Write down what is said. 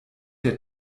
der